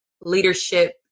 leadership